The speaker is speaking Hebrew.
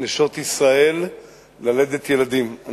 נשות ישראל ללדת ילדים.